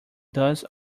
does